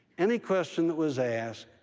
any question that was asked,